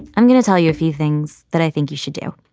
i'm going to tell you a few things that i think you should do,